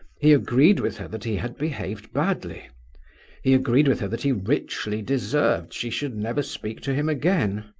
he agreed with her that he had behaved badly he agreed with her that he richly deserved she should never speak to him again.